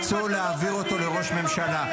-- ורצו להעביר אותו לראש ממשלה.